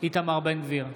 איתמר בן גביר,